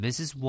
Mrs